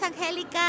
Angélica